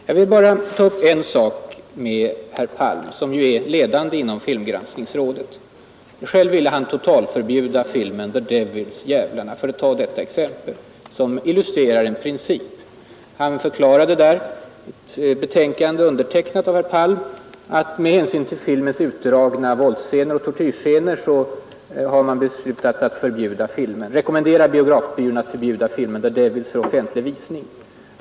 Jag vill bara ta upp en sak med herr Palm som ju är ledande inom filmgranskningsrådet. Själv vill han totalförbjuda filmen The Devils , för att ta det exempel som illustrerar en viktig princip. Han förklarar i ett betänkande undertecknat Sture Palm: ”Med hänsyn till filmens utdragna tortyroch andra våldsscener har rådet efter ingående diskussion beslutat rekommendera biografbyrån att förbjuda filmen The Devils för offentlig förevisning.